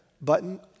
button